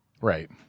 right